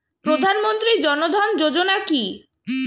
প্রধানমন্ত্রী জনধন যোজনা কি?